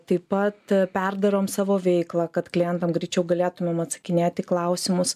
taip pat perdarom savo veiklą kad klientam greičiau galėtumėm atsakinėt į klausimus